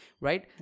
right